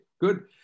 good